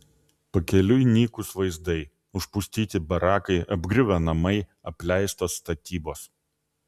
pakeliui nykūs vaizdai užpustyti barakai apgriuvę namai apleistos statybos